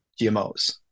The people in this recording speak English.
GMOs